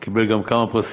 הוא קיבל גם כמה פרסים